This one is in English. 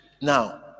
Now